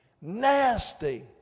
Nasty